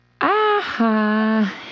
Aha